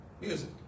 music